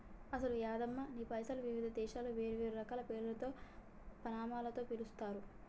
అసలు యాదమ్మ నీ పైసలను వివిధ దేశాలలో వేరువేరు రకాల పేర్లతో పమానాలతో పిలుస్తారు